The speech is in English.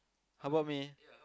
how about me